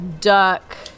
duck